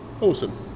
Awesome